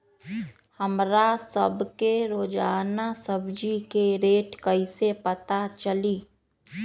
हमरा सब के रोजान सब्जी के रेट कईसे पता चली?